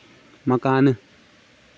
مکانہٕ